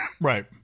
Right